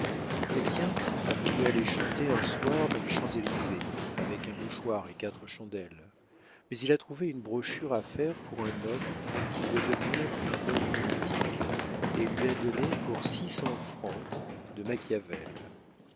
chrestien a voulu aller chanter un soir dans les champs-élysées avec un mouchoir et quatre chandelles mais il a trouvé une brochure à faire pour un homme qui veut devenir un homme politique et il lui a donné pour six cents francs de machiavel